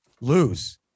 lose